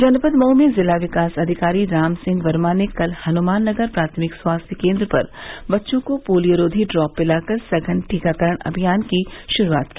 जनपद मऊ में जिला विकास अधिकारी राम सिंह वर्मा ने कल हनुमान नगर प्राथमिक स्वास्थ्य केंद्र पर बच्चों को पोलियोरोधी ड्रॉप पिलाकर सघन टीकाकरण अभियान की श्रूआत की